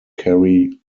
kerry